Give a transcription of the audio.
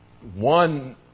One